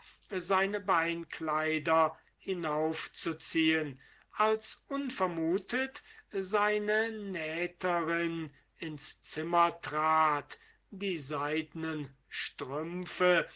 seine beinkleider hinaufzuziehen als unvermutet seine nähterin ins zimmer trat die seidnen strümpfe